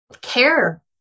care